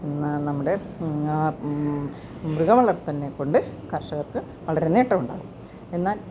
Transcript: നമ്മുടെ മൃഗ വളർത്തലിനെക്കൊണ്ട് കർഷകർക്ക് വളരെ നേട്ടം ഉണ്ടാകും എന്നാൽ